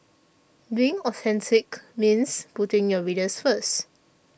being authentic means putting your readers first